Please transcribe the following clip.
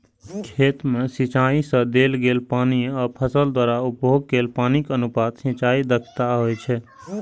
खेत मे सिंचाइ सं देल गेल पानि आ फसल द्वारा उपभोग कैल पानिक अनुपात सिंचाइ दक्षता होइ छै